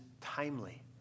timely